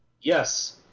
Yes